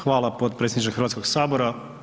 Hvala potpredsjedniče Hrvatskog sabora.